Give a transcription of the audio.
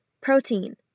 protein